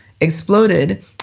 exploded